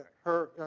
her